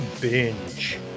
Binge